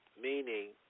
meaning